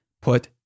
put